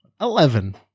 eleven